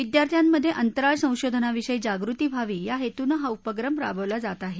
विद्यार्थ्यांमधे अंतराळ संशोधनाविषयी जागृती व्हवी या हेतूनं हा उपक्रम राबवला जात आहे